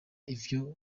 ivyo